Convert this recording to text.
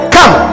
Come